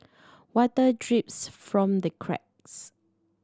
water drips from the cracks